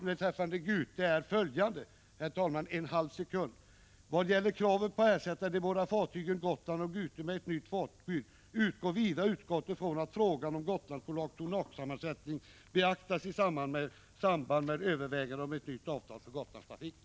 Beträffande Gute har utskottet enhälligt uttalat: ”Vad gäller kravet på att ersätta de båda fartygen Gotland och Gute med ett nytt fartyg utgår vidare utskottet från att frågan om Gotlandsbolagets tonnagesammansättning beaktas i samband med överväganden om ett nytt avtal för Gotlandstrafiken.”